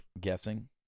guessing